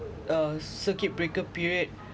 uh circuit breaker period